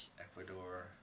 Ecuador